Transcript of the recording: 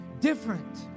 different